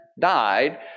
died